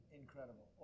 incredible